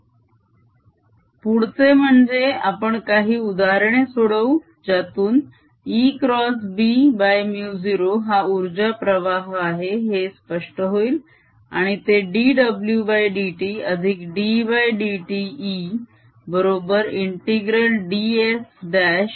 10EBSEnergy flowarea×time पुढचे म्हणजे आपण काही उदाहरणे सोडवू ज्यातून ExBμ0 हा उर्जा प्रवाह आहे हे स्पष्ट होईल आणि ते dwdt अधिक ddt E बरोबर ∫ ds'